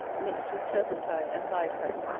mixed with turpentine and hive-honey,